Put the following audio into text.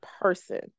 person